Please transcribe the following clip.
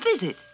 visit